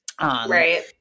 Right